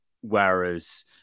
Whereas